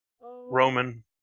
Roman